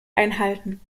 einhalten